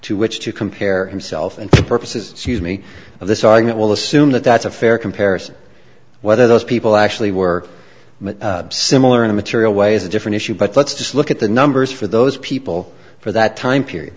to which to compare himself and purposes me of this argument will assume that that's a fair comparison whether those people actually were similar in a material way is a different issue but let's just look at the numbers for those people for that time period